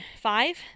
Five